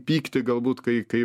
pykti galbūt kai kai